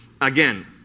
again